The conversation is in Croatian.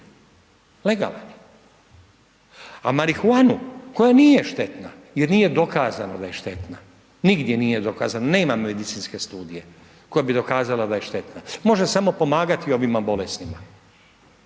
legalno, a marihuanu koja nije štetna jer nije dokazano da je štetno, nigdje nije dokazano nema medicinske studije koja bi dokazala da je štetna, može samo pomagati ovima bolesnima,